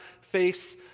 face